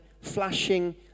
flashing